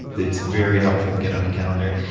it's very helpful to get it on the calendar.